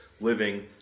living